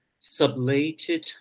sublated